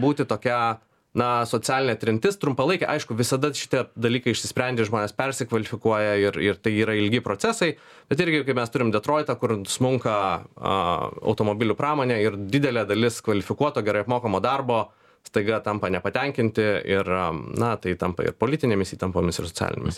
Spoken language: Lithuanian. būti tokia na socialinė trintis trumpalaikė aišku visada šitie dalykai išsisprendė žmonės persikvalifikuoja ir ir tai yra ilgi procesai bet irgi kaip mes turim detroitą kur smunka a automobilių pramonė ir didelė dalis kvalifikuoto gerai apmokamo darbo staiga tampa nepatenkinti ir na tai tampa ir politinėmis įtampomis ir socialinėmis